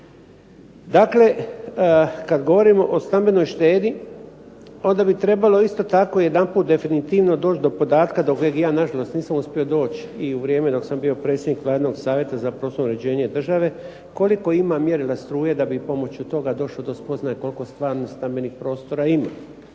Dakle, kad govorimo o stambenoj štednji onda bi trebalo isto tako jedanput definitivno doći do podatka do kojeg ja na žalost nisam uspio doći i u vrijeme dok sam bio predsjednik Vladinog savjeta za prostorno uređenje države. Koliko ima mjerila struje da bi pomoću toga došlo do spoznaje koliko stvarno stambenih prostora ima.